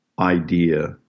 idea